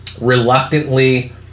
reluctantly